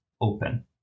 open